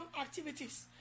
activities